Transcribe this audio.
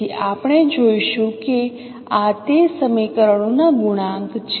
તેથી આપણે જોઈશું કે આ તે સમીકરણોનાં ગુણાંક છે